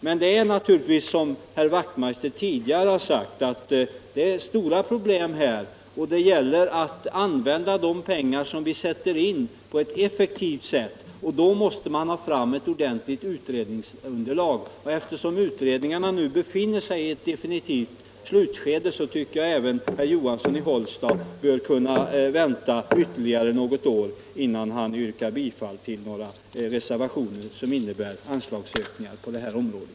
Men det är naturligtvis — som herr Wachtmeister i Johannishus tidigare sagt — stora problem här, och det gäller att på ett effektivt sätt använda de pengar som vi sätter in. Då måste man ha fram ett ordentligt utredningsunderlag, och eftersom utredningarna nu befinner sig i ett definitivt slutskede tycker jag att även herr Johansson i Hållsta bör kunna vänta ytterligare något år, innan han yrkar bifall till reservationer som innebär anslagsökningar på det här området.